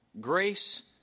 grace